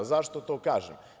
Zašto to kažem?